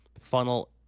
funnel